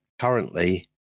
currently